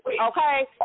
Okay